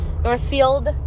Northfield